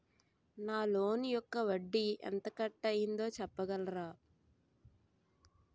నా లోన్ యెక్క వడ్డీ ఎంత కట్ అయిందో చెప్పగలరా?